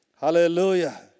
Hallelujah